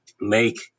make